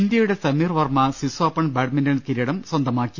ഇന്ത്യയുടെ Sameer Verma Swiss Open badminton കിരീടം സ്വന്തമാക്കി